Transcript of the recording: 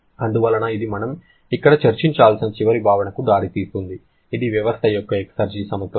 అందువలన ఇది మనం ఇక్కడ చర్చించాల్సిన చివరి భావనకు దారి తీస్తుంది ఇది వ్యవస్థ యొక్క ఎక్సర్జి సమతుల్యత